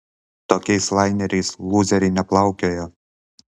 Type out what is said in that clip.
tokiais laineriais lūzeriai neplaukioja